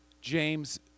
James